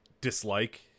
dislike